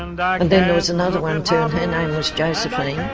and and and then there was another one too, um her name was josephine.